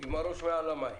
עם הראש מעל המים?